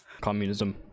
Communism